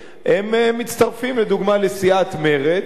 הם מצטרפים לדוגמה לסיעת מרצ,